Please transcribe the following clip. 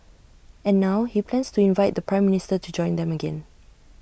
and now he plans to invite the Prime Minister to join them again